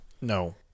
No